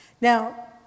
Now